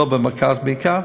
לא במרכז בעיקר,